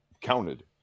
counted